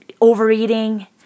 overeating